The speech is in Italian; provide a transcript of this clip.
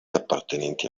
appartenenti